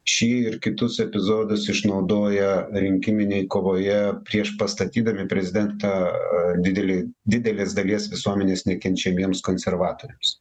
šį ir kitus epizodus išnaudoja rinkiminėj kovoje priešpastatydami prezidentą didelį didelės dalies visuomenės nekenčiamiems konservatoriams